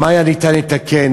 מה היה ניתן לתקן,